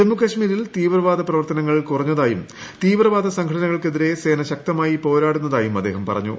ജമ്മുകശ്മീരിൽ തീവ്രവാദ പ്രവർത്തനങ്ങൾ കുറഞ്ഞതായും തീവ്രവാദ സംഘടനകൾക്കെതിരെ സേന ശക്തമായി പോരാടുന്നതായും അദ്ദേഹം പറഞ്ഞു